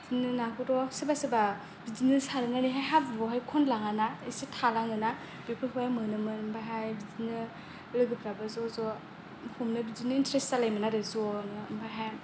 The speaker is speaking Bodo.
बिदिनो नाखौथ' सोरबा सोरबा बिदिनो सारनानैहाय हाब्रुआवहाय खनलाङाना एसे थालाङोना बेफोरखौ मोनोमोन ओमफ्रायहाय बिदिनो लोगोफ्राबो ज' ज' हमनो बिदिनो इनटारेस्ट जालायोमोन आरो जनो ओमफ्रायहाय